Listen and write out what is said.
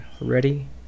Ready